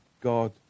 God